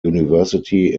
university